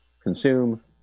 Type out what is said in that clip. consume